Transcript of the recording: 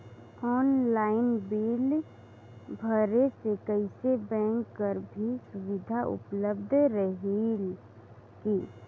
Online bill भरे से कइसे बैंक कर भी सुविधा उपलब्ध रेहेल की?